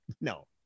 no